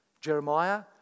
Jeremiah